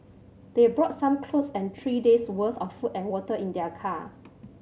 they brought some clothes and three days' worth of food and water in their car